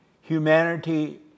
Humanity